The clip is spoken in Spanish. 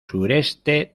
sureste